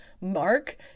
Mark